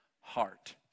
heart